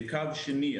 בקו שני,